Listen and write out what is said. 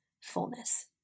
fullness